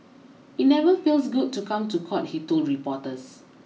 it never feels good to come to court he told reporters